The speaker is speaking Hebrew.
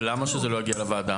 ולמה שזה לא יגיע לוועדה?